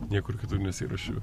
niekur kitur nesiruošiu